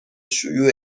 شیوع